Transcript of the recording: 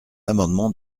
amendement